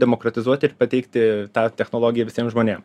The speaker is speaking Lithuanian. demokratizuoti ir pateikti tą technologiją visiem žmonėm